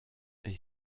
est